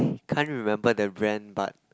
can't remember the brand but